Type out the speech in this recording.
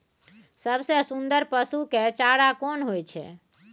सबसे सुन्दर पसु के चारा कोन होय छै?